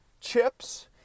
chips